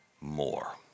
more